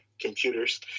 computers